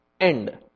end